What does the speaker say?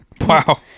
Wow